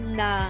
na